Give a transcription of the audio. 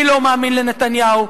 אני לא מאמין לנתניהו,